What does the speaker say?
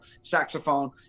saxophone